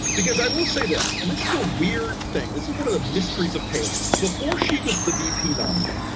because i will say this and this is a weird thing, isn't one of the mysteries of palin. before she was the v p. nominee,